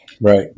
Right